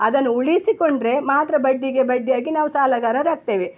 ಅದನ್ನು ಉಳಿಸಿಕೊಂಡ್ರೆ ಮಾತ್ರ ಬಡ್ಡಿಗೆ ಬಡ್ಡಿಯಾಗಿ ನಾವು ಸಾಲಗಾರರಾಗ್ತೇವೆ